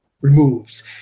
removed